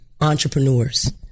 entrepreneurs